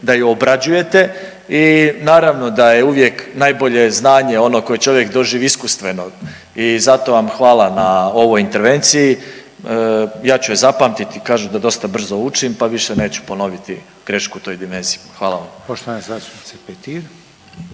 da je obrađujete i naravno da je uvijek najbolje znanje ono koje čovjek doživi iskustveno i zato vam hvala na ovoj intervenciji. Ja ću je zapamtiti. Kažu da dosta brzo učim, pa više neću ponoviti grešku u toj dimenziji. Hvala vam.